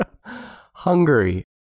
Hungary